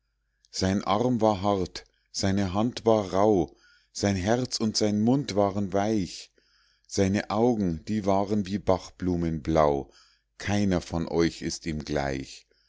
sein arm war hart seine hand war rauh sein herz und sein mund waren weich seine augen die waren wie bachblumen blau keiner von euch ist ihm gleich